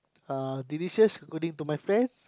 uh delicious according to my friends